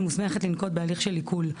מוסמכת לנקוט בהליך של עיקול,